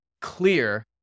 clear